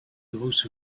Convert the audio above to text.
those